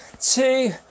two